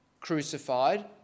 crucified